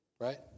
Right